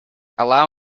allow